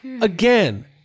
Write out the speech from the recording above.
Again